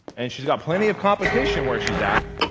and she's got plenty of competition where she's at,